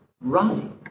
right